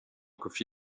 cafe